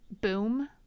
boom